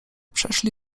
przeszli